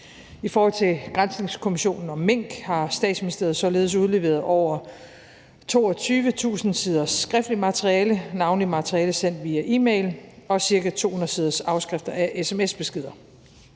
I forhold til granskningskommissionen om mink har Statsministeriet således udleveret over 22.000 siders skriftligt materiale, navnlig materiale sendt via e-mail, og ca. 200 siders afskrifter af sms-beskeder.